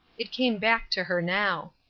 it came back to her now.